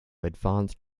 advanced